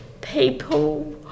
people